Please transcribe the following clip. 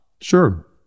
Sure